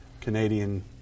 Canadian